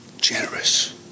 generous